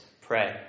Pray